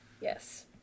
Yes